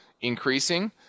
increasing